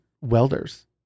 welders